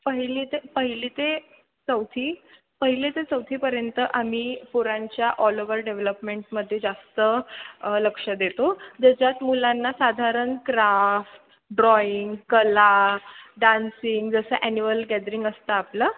पहिले ते पहिली ते चौथी पहिले ते चौथीपर्यंत आम्ही पोरांच्या ऑल ओवर डेव्हलपमेंटमध्ये जास्त लक्ष देतो ज्याच्यात मुलांना साधारण क्राफ्ट ड्रॉइंग कला डान्सिंग जसं ॲन्युअल गॅदरिंग असतं आपलं